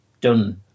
done